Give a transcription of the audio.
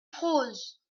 prose